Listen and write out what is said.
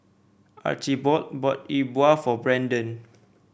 Archibald bought E Bua for Brenden